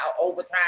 overtime